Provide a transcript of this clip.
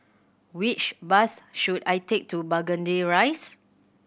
which bus should I take to Burgundy Rise